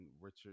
richard